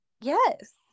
Yes